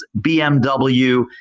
BMW